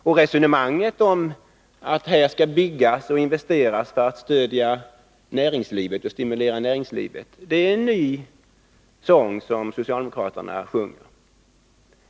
Och resonemanget om att här skall byggas och investeras för att stimulera och stödja näringslivet är en ny sång som socialdemokraterna sjunger.